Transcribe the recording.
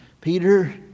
Peter